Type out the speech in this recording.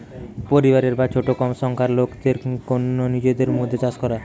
পরিবারের বা ছোট কম সংখ্যার লোকদের কন্যে নিজেদের মধ্যে চাষ করা